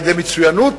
על-ידי מצוינות,